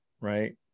right